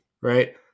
right